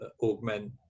augment